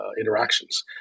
interactions